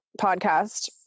podcast